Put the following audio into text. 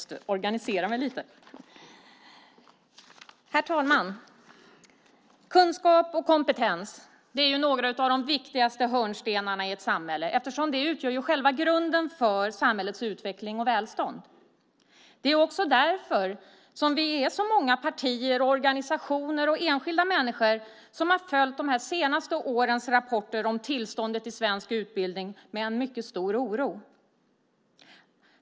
Herr talman! Kunskap och kompetens är några av de viktigaste hörnstenarna i ett samhälle eftersom de utgör själva grunden för samhällets utveckling och välstånd. Det är också därför som det är så många partier, organisationer och enskilda människor som har följt de senaste årens rapporter om tillståndet i svensk utbildning med en mycket stor oro.